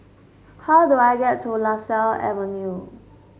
how do I get to Lasia Avenue